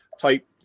type